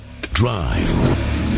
Drive